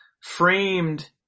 Framed